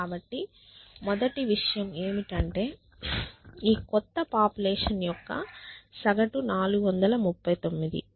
కాబట్టి మొదటి విషయం ఏమిటంటే ఈ కొత్త పాపులేషన్ యొక్క సగటు 439